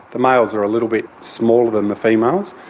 the males are a little bit smaller than the females,